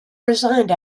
resigned